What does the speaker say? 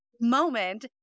moment